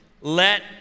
Let